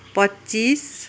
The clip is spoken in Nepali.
पच्चिस